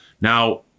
Now